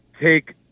take